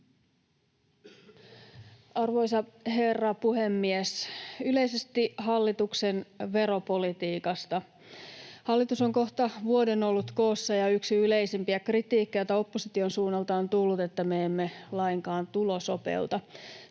Arvoisa herra puhemies! Yleisesti hallituksen veropolitiikasta. Hallitus on kohta vuoden ollut koossa, ja yksi yleisimpiä kritiikkejä, joita opposition suunnalta on tullut, on se, että me emme lainkaan tulosopeuta.